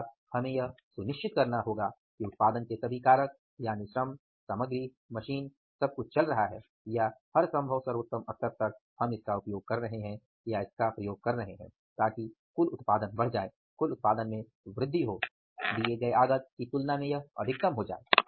अर्थात हमें यह सुनिश्चित करना होगा कि उत्पादन के सभी कारक यानि श्रम सामग्री मशीन सब कुछ चल रहा है या हर संभव सर्वोत्तम स्तर तक हम इसका उपयोग कर रहे हैं या इसका प्रयोग कर रहे हैं ताकि कुल उत्पादन बढ़ जाये दिए गए आगत की तुलना में यह अधिकतम हो जाए